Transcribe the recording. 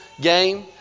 game